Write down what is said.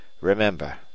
Remember